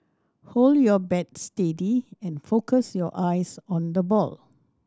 hold your bat steady and focus your eyes on the ball